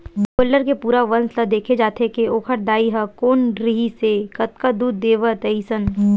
गोल्लर के पूरा वंस ल देखे जाथे के ओखर दाई ह कोन रिहिसए कतका दूद देवय अइसन